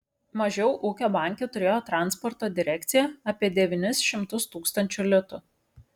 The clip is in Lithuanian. mažiau ūkio banke turėjo transporto direkcija apie devynis šimtus tūkstančių litų